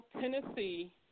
Tennessee